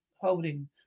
holding